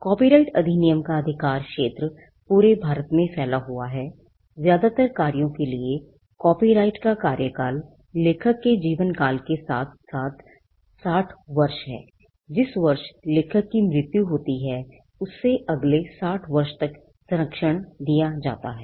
copyright अधिनियम का अधिकार क्षेत्र पूरे भारत तक फैला हुआ हैज़्यादातर कार्यों के लिए कॉपीराइट का कार्यकाल लेखक के जीवनकाल के साथ साथ 60 वर्ष है जिस वर्ष लेखक की मृत्यु होती है उससे अगले 60 वर्ष तक सरंक्षण दिया जाता है